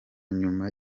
nyuma